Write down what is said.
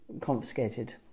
confiscated